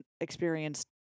experienced